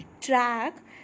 track